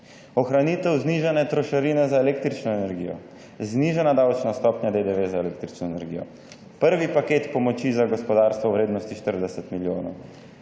ohranitev znižane trošarine za električno energijo, znižana davčna stopnja DDV za električno energijo, prvi paket pomoči za gospodarstvo v vrednosti 40 milijonov,